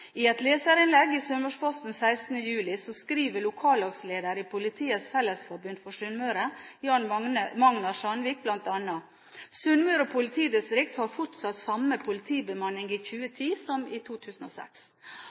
i et leserinnlegg i Sunnmørsposten den 16. juli skriver lokallagslederen i Politiets Fellesforbund for Sunnmøre, Jan Magnar Sandvik, bl.a.: «Sunnmøre politidistrikt har fortsatt samme politibemanning i 2010 som i 2006.»